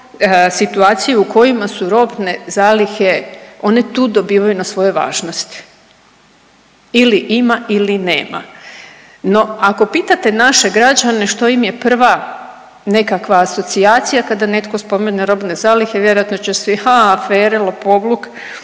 situacije u kojima su robne zalihe one tu dobivaju na svojoj važnosti. Ili ima ili nema. No, ako pitate naše građane što im je prva nekakva asocijacija kada netko spomene robne zalihe vjerojatno će svi aha afere, lopovluk,